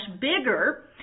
bigger